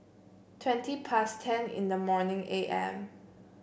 twenty past ten in the morning A M